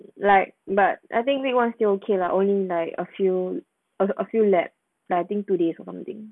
like but I think week one still okay lah only like a few a few like I think two days amount of thing